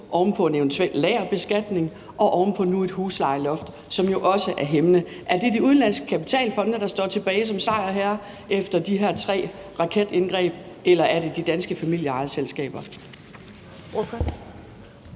oven på en eventuel lagerbeskatning og nu oven på et huslejeloft, som jo også er hæmmende? Er det de udenlandske kapitalfonde, der står tilbage som sejrherrer efter de her tre raketindgreb, eller er det de danske familieejede selskaber?